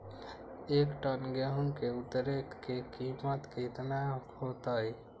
एक टन गेंहू के उतरे के कीमत कितना होतई?